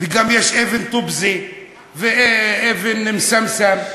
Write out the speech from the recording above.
וגם יש אבן טובזה ואבן מוסמסם.